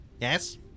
Yes